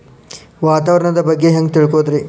ವಾತಾವರಣದ ಬಗ್ಗೆ ಹ್ಯಾಂಗ್ ತಿಳಿಯೋದ್ರಿ?